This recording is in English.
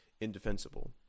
indefensible